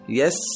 yes